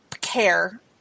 care